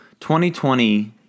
2020